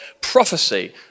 prophecy